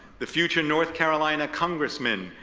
the future north carolina congressman,